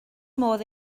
modd